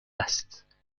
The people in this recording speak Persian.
است